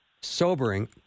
sobering